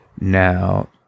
now